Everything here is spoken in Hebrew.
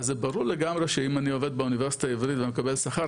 אז זה ברור לגמרי שאם אני עובד באוניברסיטה העברית ומקבל שכר,